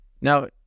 Now